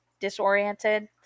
disoriented